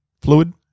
fluid